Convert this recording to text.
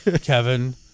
Kevin